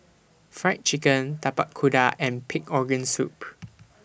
Fried Chicken Tapak Kuda and Pig Organ Soup